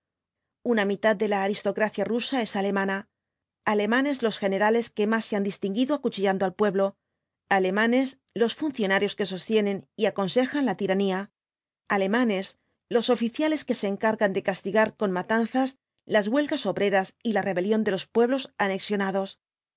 una mitad de la aristocracia rusa es alemana alemanes los generales que más se han distinguido acuchillando al pueblo alemanes los funcionarios que sostienen y aconsejan la tiranía alemanes los oficiales que se encargan de castigar con matanzas las huelgas obreras y la rebelión de los pueblos anexionados el